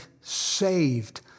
saved